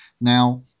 Now